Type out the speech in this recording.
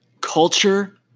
Culture